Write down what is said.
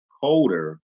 colder